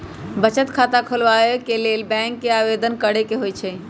बचत खता खोलबाबे के लेल बैंक में आवेदन करेके होइ छइ